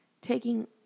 taking